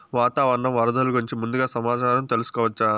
వాతావరణం వరదలు గురించి ముందుగా సమాచారం తెలుసుకోవచ్చా?